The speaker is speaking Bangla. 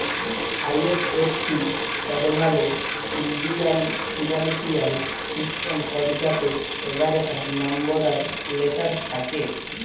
আই.এফ.এস.সি কড মালে ইলডিয়াল ফিলালসিয়াল সিস্টেম কড যাতে এগারটা লম্বর আর লেটার থ্যাকে